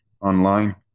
online